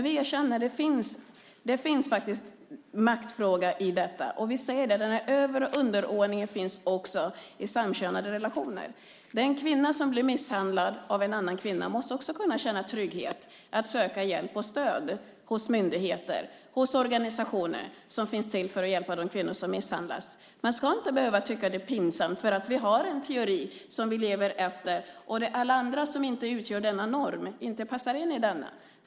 Vi erkänner att det finns maktfrågor i detta. Över och underordning finns också i samkönade relationer. Den kvinna som blir misshandlad av en annan kvinna måste också känna trygghet och kunna söka hjälp och stöd hos de myndigheter och organisationer som finns till för att hjälpa kvinnor som misshandlas. Man ska inte behöva tycka att det är pinsamt för att vi lever efter en teori och där de som inte stämmer med normen inte passar in.